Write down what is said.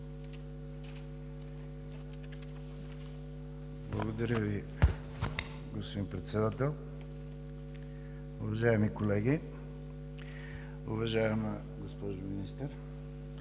Благодаря Ви, господин Председател. Уважаеми колеги! Уважаема госпожо Министър,